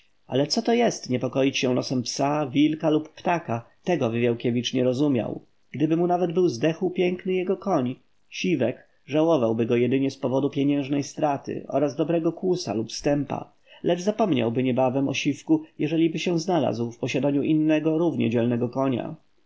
ale co to jest niepokoić się losem psa wilka lub ptaka tego wywiałkiewicz nie rozumiał gdyby mu nawet był zdechł piękny jego koń siwek żałowałby go jedynie z powodu pieniężnej straty oraz dobrego kłusa lub stępa lecz zapomniałby niebawem o siwku jeżeliby się znalazł w posiadaniu innego równie dzielnego konia